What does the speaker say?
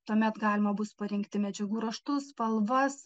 tuomet galima bus parinkti medžiagų raštus spalvas